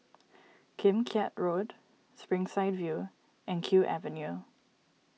Kim Keat Road Springside View and Kew Avenue